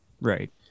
right